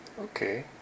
Okay